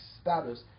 status